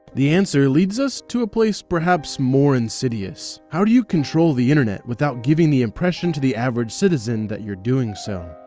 the answer leads us to a place perhaps more insidious. how do you control the internet without giving the impression to the average citizen that you're doing so?